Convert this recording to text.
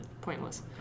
Pointless